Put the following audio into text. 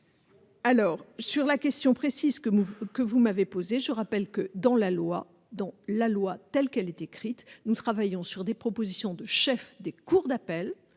Alors sur la question précise que vous que vous m'avez posé, je rappelle que dans la loi, dans la loi telle qu'elle est écrite, nous travaillons sur des propositions de chef des cours d'appel,